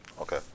Okay